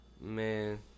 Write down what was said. Man